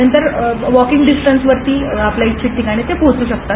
नंतर walking distance वरती आपल्या इच्छित स्थळी ते पोहोचू शकतात